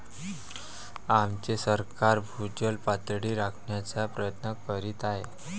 आमचे सरकार भूजल पातळी राखण्याचा प्रयत्न करीत आहे